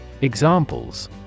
Examples